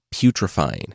putrefying